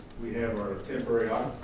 we have our temporary